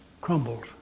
crumbles